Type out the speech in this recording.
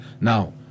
now